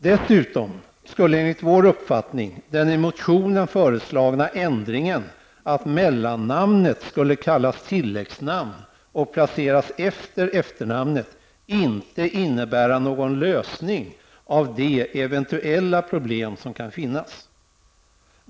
Dessutom skulle enligt vår uppfattning den i motionen föreslagna ändringen, dvs. att mellannamnet skulle kallas tilläggsnamn och placeras efter efternamnet, inte innebära någon lösning av det eventuella problem som kan finnas.